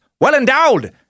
well-endowed